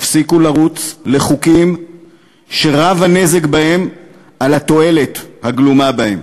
תפסיקו לרוץ לחוקים שרב הנזק בהם על התועלת הגלומה בהם.